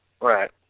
Right